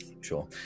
sure